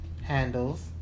handles